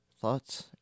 thoughts